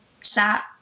sat